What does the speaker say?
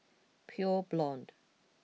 Pure Blonde